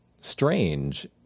strange